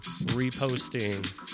reposting